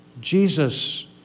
Jesus